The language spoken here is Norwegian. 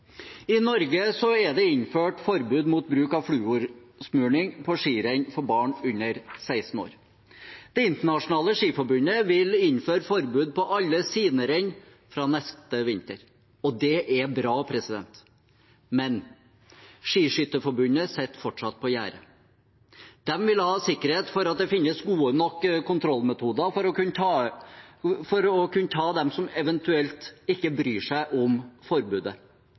I Norge er det innført forbud mot bruk av fluorsmurning på skirenn for barn under 16 år. Det internasjonale skiforbundet vil innføre forbud på alle sine renn fra neste vinter, og det er bra, men Skiskytterforbundet sitter fortsatt på gjerdet. De vil ha sikkerhet for at det finnes gode nok kontrollmetoder for å kunne ta dem som eventuelt ikke bryr seg om forbudet